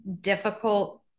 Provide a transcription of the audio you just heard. difficult